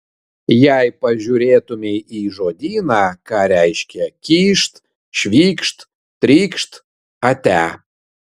jei pažiūrėtumei į žodyną ką reiškia kyšt švykšt trykšt ate